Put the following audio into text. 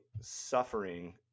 suffering